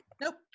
Nope